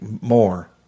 more